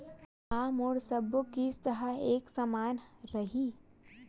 का मोर सबो किस्त ह एक समान रहि?